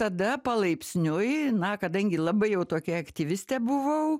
tada palaipsniui na kadangi labai jau tokia aktyviste buvau